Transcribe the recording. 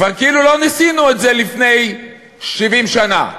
כאילו לא ניסינו את זה לפני 70 שנה.